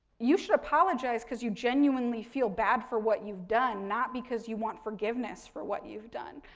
you should apologize because you genuinely feel bad for what you've done, not because you want forgiveness for what you've done.